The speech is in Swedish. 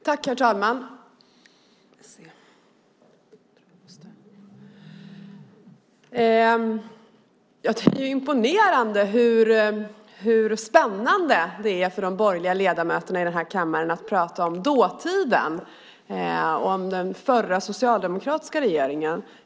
Herr talman! Det är imponerande hur spännande de borgerliga ledamöterna i den här kammaren tycker att det är att prata om dåtiden och om den förra, socialdemokratiska regeringen.